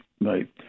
right